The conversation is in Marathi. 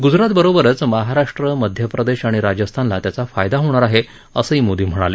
गुजरातबरोबरच महाराष्ट्र मध्यप्रदेश आणि राजस्थानला त्याचा फायदा होणार आहे असंही मोदी म्हणाले